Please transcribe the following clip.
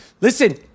listen